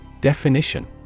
Definition